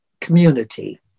community